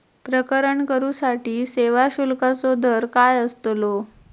प्रकरण करूसाठी सेवा शुल्काचो दर काय अस्तलो?